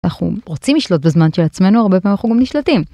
אנחנו רוצים לשלוט בזמן של עצמנו, הרבה פעמים אנחנו גם נשלטים.